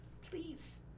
please